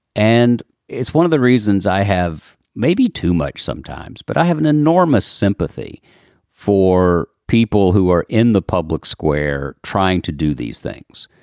and it's one of the reasons i have maybe too much sometimes, but i have an enormous sympathy for people who are in the public square trying to do these things,